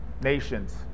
nations